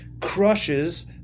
crushes